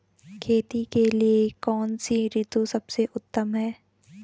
खेती के लिए कौन सी ऋतु सबसे उत्तम है?